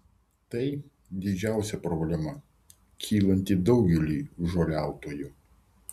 tai didžiausia problema kylanti daugeliui žoliautojų